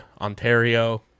Ontario